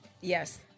Yes